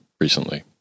recently